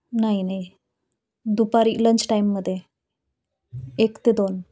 नाही नाही दुपारी लंच टाईममध्ये एक ते दोन